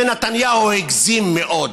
ונתניהו הגזים מאוד.